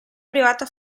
privata